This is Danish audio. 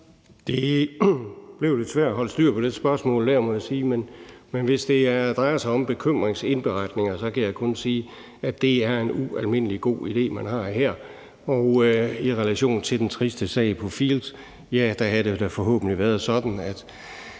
Det blev lidt svært at holde styr på det spørgsmål, må jeg sige, men hvis det drejer sig om bekymringsindberetninger, kan jeg kun sige, at det er en ualmindelig god idé, man har her. Og i relation til den triste sag i Field's havde det da forhåbentlig været sådan, at